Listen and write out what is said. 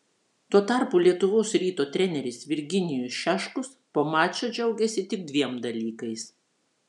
tuo tarpu lietuvos ryto treneris virginijus šeškus po mačo džiaugėsi tik dviem dalykais